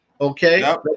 Okay